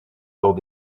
lors